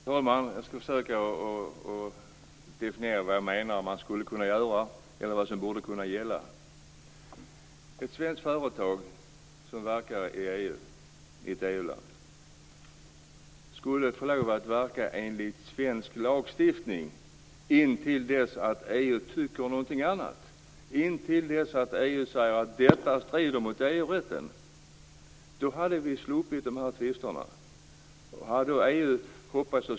Fru talman! Jag skall försöka definiera vad jag menar att man skulle kunna göra, eller vad som borde kunna gälla. Ett svenskt företag som verkar i ett EU-land skulle få lov att verka enligt svensk lagstiftning till dess att EU tycker någonting annat, till dess att EU säger att detta strider mot EU-rätten. Då hade vi sluppit de här tvisterna.